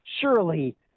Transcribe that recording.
surely